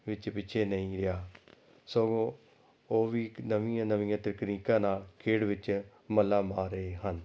ਵਿੱਚ ਪਿੱਛੇ ਨਹੀਂ ਰਿਹਾ ਸਗੋਂ ਉਹ ਵੀ ਇੱਕ ਨਵੀਆਂ ਨਵੀਆਂ ਤਕਨੀਕਾਂ ਨਾਲ ਖੇਡ ਵਿੱਚ ਮੱਲਾਂ ਮਾਰ ਰਹੇ ਹਨ